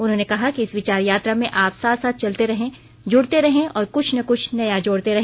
उन्होंने कहा कि इस विचार यात्रा में आप साथ साथ चलते रहे जुड़ते रहे और कुछ न कुछ नया जोडते रहे